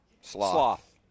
Sloth